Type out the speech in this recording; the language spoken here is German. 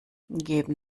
geben